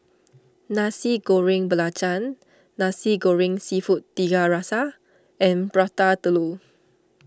Nasi Goreng Belacan Nasi Goreng Seafood Tiga Rasa and Prata Telur